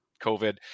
COVID